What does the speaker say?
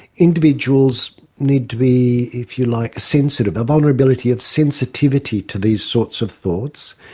individuals need to be, if you like, sensitive, a vulnerability of sensitivity to these sorts of thoughts,